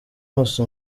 hose